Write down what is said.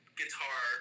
guitar